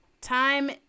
Time